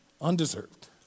Undeserved